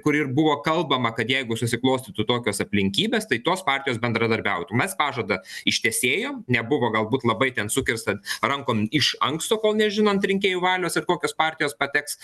kur ir buvo kalbama kad jeigu susiklostytų tokios aplinkybės tai tos partijos bendradarbiautų mes pažadą ištesėjom nebuvo galbūt labai ten sukirsta rankom iš anksto kol nežinant rinkėjų valios ir kokios partijos pateks